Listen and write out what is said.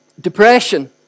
Depression